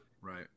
Right